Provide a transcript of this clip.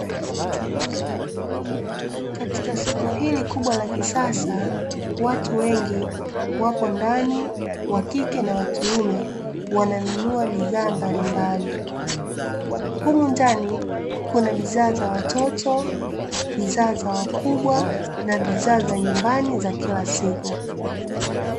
Katika soko hili kubwa la kisasa watu wengi wapo ndani wa kike na wa kiume wananunua bidhaa mbalimbali , humu ndani kuna bidhaa za watoto, bidhaa za wakubwa na bidhaa za nyumbani za kila siku.